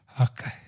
Okay